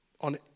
on